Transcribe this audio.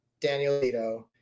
Danielito